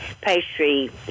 pastry